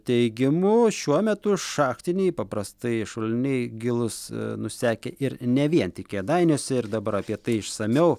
teigimu šiuo metu šachtiniai paprastai šuliniai gilūs nusekę ir ne vien tik kėdainiuose ir dabar apie tai išsamiau